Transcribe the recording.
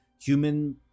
human